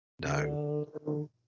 no